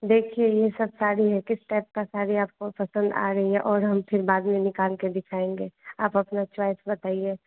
देखिए यह सब साड़ी है किस टाइप की साड़ी आपको पसन्द आ रही है और हम फिर बाद में निकालकर दिखाएँगे आप अपनी च्वाइस बताइए